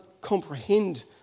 comprehend